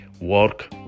work